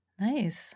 Nice